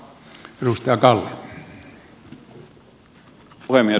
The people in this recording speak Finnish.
arvoisa puhemies